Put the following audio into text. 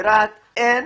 ברהט אין